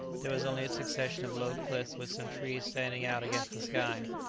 there was only a succession of low cliffs with some trees standing out against the sky.